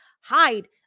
hide